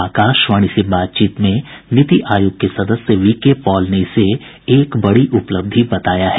आकाशवाणी से विशेष बातचीत में नीति आयोग के सदस्य वी के पॉल ने इसे एक बड़ी उपलब्धि बताया है